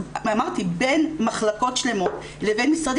אמרתי בין מחלקות שלמות לבין משרדים.